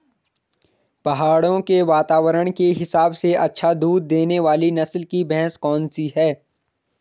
पहाड़ों के वातावरण के हिसाब से अच्छा दूध देने वाली नस्ल की भैंस कौन सी हैं?